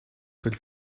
good